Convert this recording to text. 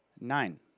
Nine